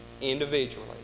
individually